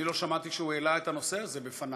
אני לא שמעתי שהוא העלה את הנושא הזה בפניו.